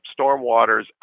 stormwaters